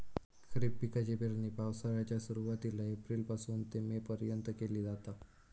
खरीप पिकाची पेरणी पावसाळ्याच्या सुरुवातीला एप्रिल पासून ते मे पर्यंत केली जाता